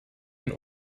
den